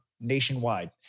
nationwide